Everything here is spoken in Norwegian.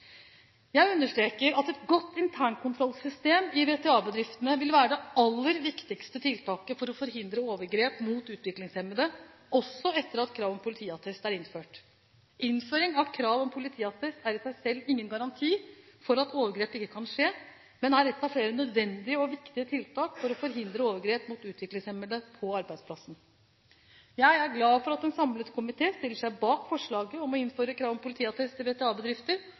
Jeg understreker at et godt internkontrollsystem i VTA-bedriftene vil være det aller viktigste tiltaket for å forhindre overgrep mot utviklingshemmede, også etter at krav om politiattest er innført. Innføring av krav om politiattest er i seg selv ingen garanti for at overgrep ikke kan skje, men er ett av flere nødvendige og viktige tiltak for å forhindre overgrep mot utviklingshemmede på arbeidsplassen. Jeg er glad for at en samlet komité stiller seg bak forslaget om å innføre krav om politiattest i VTA-bedrifter og på denne måten bidrar til